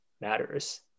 matters